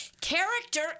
character